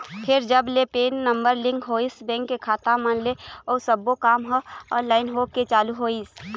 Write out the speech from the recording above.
फेर जब ले पेन नंबर लिंक होइस बेंक के खाता मन ले अउ सब्बो काम ह ऑनलाइन होय के चालू होइस